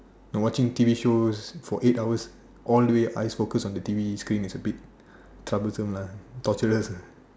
you know watching T_V shows for eight hours all the way eyes focus on the T_V screen eyes is a bit troublesome lah torturous ah